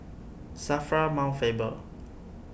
Safra Mount Faber